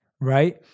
right